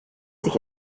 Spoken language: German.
sich